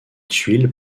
tuiles